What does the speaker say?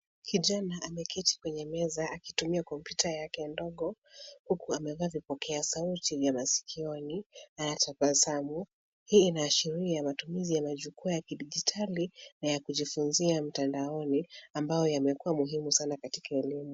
Kijana ameketi kwenye meza akitumia kompyuta yake ndogo huku amevaa vipokea sauti vya masikioni na anatabasamu. Hii inaashiria matumizi ya majukwaa ya kidijitali na ya kujifunzia mtandaoni, ambayo yamekuwa muhimu sana katika elimu.